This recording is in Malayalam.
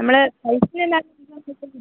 നമ്മൾ